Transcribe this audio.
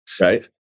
Right